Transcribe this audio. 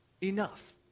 enough